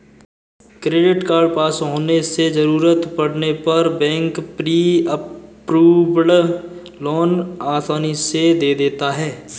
credit card पास होने से जरूरत पड़ने पर बैंक प्री अप्रूव्ड लोन आसानी से दे देता है